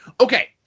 Okay